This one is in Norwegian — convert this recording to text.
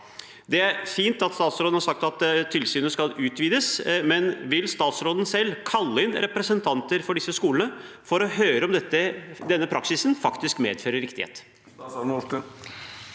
Det er fint at statsråden har sagt at tilsynet skal utvides, men vil statsråden selv kalle inn representanter for disse skolene for å høre om denne praksisen faktisk medfører riktighet?